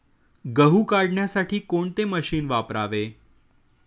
गहू काढण्यासाठी कोणते मशीन वापरावे?